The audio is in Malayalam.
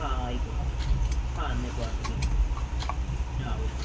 ആ ആയിക്കോട്ടെ ആ എന്നാൽ ഇപ്പം വാട്ട്സ്ആപ്പ് ചെയ്തേക്ക് സാർ ആ ഓക്കെ സാർ